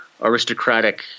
aristocratic